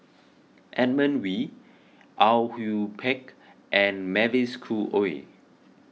Edmund Wee Au Yue Pak and Mavis Khoo Oei